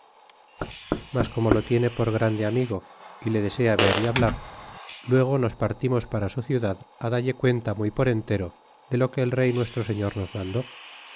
mas como lo tiene por grande amigo y le desea ver y hablar luego nos partimos para su ciudad dalle cuenta muy por entero de lo que el rey nuestro señor nos mandó